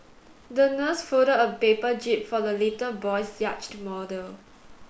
the nurse folded a paper jib for the little boy's yacht model